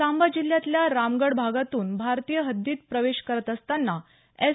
सांबा जिल्ह्यातल्या रामगढ भागातून भारतीय हद्दीत प्रवेश करत असताना एस